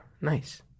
nice